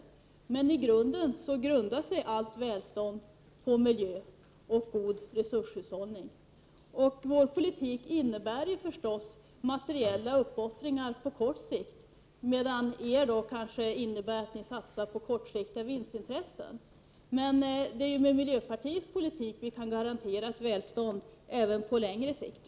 Sist och slutligen grundar sig allt välstånd på miljön och på god resurshushållning. Vår politik innebär naturligtvis materiella uppoffringar på kort sikt, medan er kanske innebär att ni satsar på kortsiktiga vinstintressen. Det är emellertid med miljöpartiets politik som vi kan garantera ett välstånd, även på längre sikt.